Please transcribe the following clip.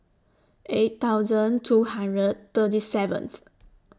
eight thousand two hundred thirty seventh